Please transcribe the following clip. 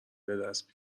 بدست